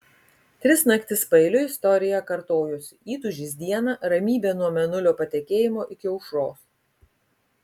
tris naktis paeiliui istorija kartojosi įtūžis dieną ramybė nuo mėnulio patekėjimo iki aušros